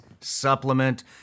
supplement